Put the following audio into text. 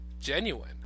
genuine